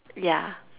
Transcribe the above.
yeah